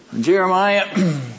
Jeremiah